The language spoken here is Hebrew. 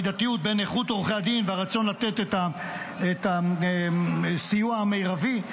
המידתיות בין איכות עורכי הדין והרצון לתת את הסיוע המרבי.